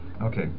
Okay